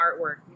artwork